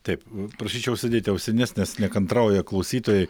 taip prašyčiau užsidėti ausines nes nekantrauja klausytojai